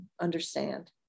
understand